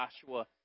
Joshua